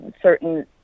certain